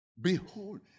Behold